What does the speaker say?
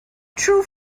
true